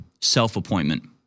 self-appointment